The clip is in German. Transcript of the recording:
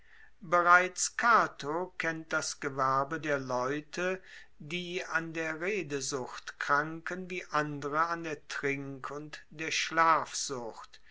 bereits cato kennt das gewerbe der leute die an der redesucht kranken wie andere an der trink und der schlafsucht